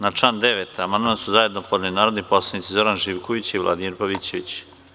Na član 9. amandman su zajedno podneli narodni poslanici Zoran Živković i Vladimir Pavićević.